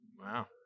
Wow